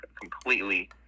completely